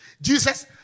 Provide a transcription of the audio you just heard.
Jesus